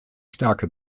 stärke